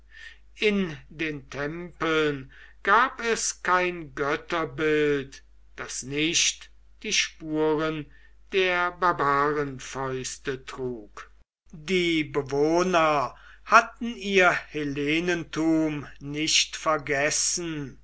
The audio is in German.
in den tempeln gab es kein götterbild das nicht die spuren der barbarenfäuste trug die bewohner hatten ihr hellenentum nicht vergessen